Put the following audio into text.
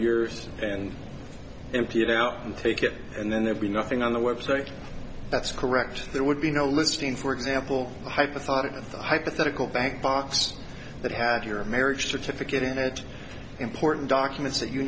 years and empty it out and take it and then there'd be nothing on the website that's correct there would be no listing for example the hypothetical the hypothetical bank box that had your marriage certificate in it important documents that you